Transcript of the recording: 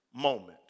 moment